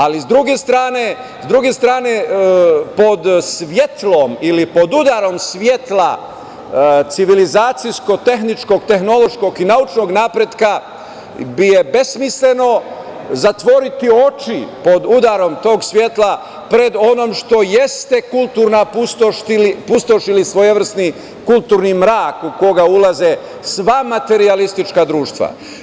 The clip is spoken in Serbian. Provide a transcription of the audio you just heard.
Ali, s druge strane, pod svetlom ili pod udarom svetla civilizacijsko-tehničkog-tehnološkog i naučnog napretka bilo bi besmisleno zatvoriti oči pod udarom tog svetla pred onom što jeste kulturna pustoš, ili svojevrsni kulturni mrak u koji ulaze sva materijalistička društva.